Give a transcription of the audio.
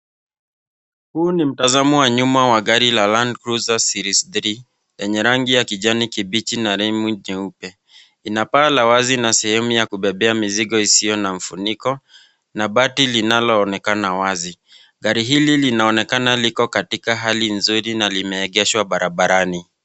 Huu ni mtazamo wa nyuma wa gari la Landcruiser Series 3 lenye rangi ya kijani na rimu jeupe. Lina paa la wazi na sehemu ya kubebea mizigo isiyo na mfuniko na bati linaloonekana wazi . Gari hili linaonekana liko katika hali nzuri na limeegeshwa barabarani.